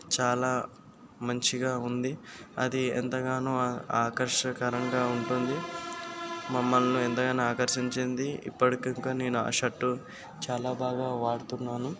చాలా మంచిగా ఉంది అది ఎంతగానో ఆకర్షణీయంగా ఉంటుంది మమ్మల్ని ఎంతగానో ఆకర్షించింది ఇప్పటికీ ఇంకా నేను ఆ షర్ట్ చాలా బాగా వాడుతున్నాను